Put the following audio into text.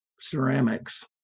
ceramics